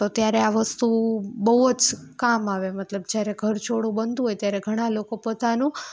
તો ત્યારે આ વસ્તુ બહુ જ કામ આવે મતલબ જ્યારે ઘરચોળું બનતું હોય ત્યારે ઘણાં લોકો પોતાનું